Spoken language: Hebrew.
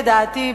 לדעתי,